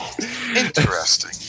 interesting